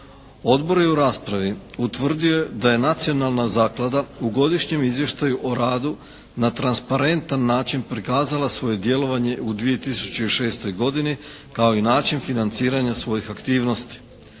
Odbor je u raspravi utvrdio da je Nacionalna zaklada u godišnjem izvještaju o radu na transparentan način prikazala svoje djelovanje u 2006. godini kao i način financiranja svojih aktivnosti.